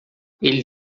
ele